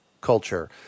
culture